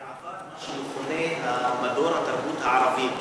היה בעבר מה שמכונה "מדור התרבות הערבית".